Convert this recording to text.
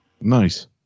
nice